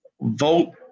Vote